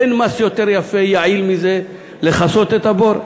אין מס יותר יפה, יעיל מזה, לכסות את הבור.